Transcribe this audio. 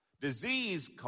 Disease